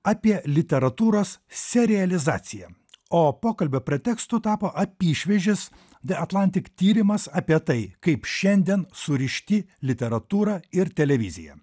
apie literatūros serijalizaciją o pokalbio pretekstu tapo apyšviežis ve atlantik tyrimas apie tai kaip šiandien surišti literatūrą ir televiziją